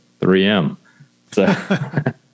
3m